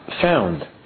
found